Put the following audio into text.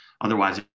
otherwise